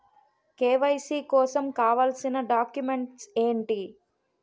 KYC కోసం కావాల్సిన documents ఎంటి?